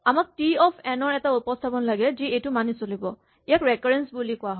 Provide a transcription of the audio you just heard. আমাক টি অফ এন ৰ এটা উপস্হাপন লাগে যি এইটো মানি চলিব ইয়াক ৰেকাৰেঞ্চ বুলি কোৱা হয়